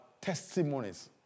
testimonies